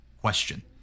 question